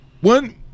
One